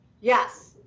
Yes